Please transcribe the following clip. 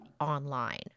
online